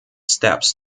steps